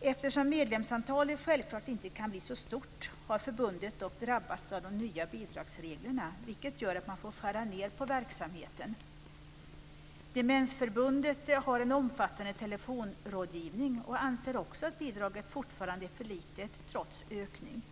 Eftersom medlemsantalet självfallet inte kan bli så stort, har förbundet dock drabbats av de nya bidragsreglerna, vilket gör att man får skära ned på verksamheten. Demensförbundet har en omfattande telefonrådgivning och anser också att bidraget är för litet, trots ökning.